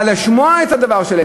אבל, לשמוע את הדברים שלהם.